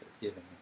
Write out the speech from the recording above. giving